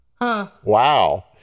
Wow